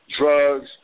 drugs